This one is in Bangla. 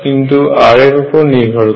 কিন্তু r এর উপরে নির্ভর করে